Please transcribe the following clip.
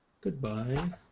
Goodbye